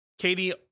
Katie